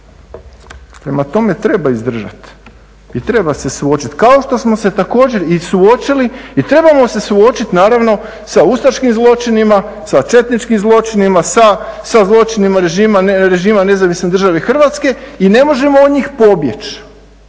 Prema tome, treba izdržati i treba se suočiti, kao što smo se također i suočili i trebamo se suočiti naravno sa ustaškim zločinima, sa četničkim zločinima, sa zločinima režima NDH i ne možemo od njih pobjeći